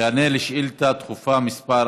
שיענה על שאילתה דחופה מס'